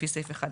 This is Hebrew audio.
לפי סעיף 1(א).